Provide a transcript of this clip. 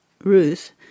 Ruth